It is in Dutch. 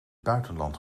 buitenland